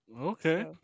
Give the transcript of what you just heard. Okay